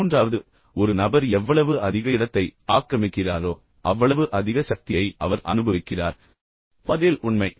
மூன்றாவது ஒன்றைப் பாருங்கள் ஒரு நபர் எவ்வளவு அதிக இடத்தை ஆக்கிரமிக்கிறாரோ அவ்வளவு அதிக சக்தியை அவர் அனுபவிக்கிறார் பதில் உண்மை